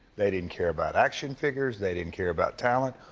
they didn't care about action figures, they didn't care about talent,